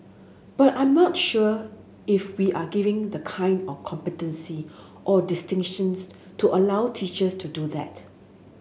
but I'm not sure if we're giving the kind of competency or distinctions to allow teachers to do that